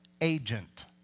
agent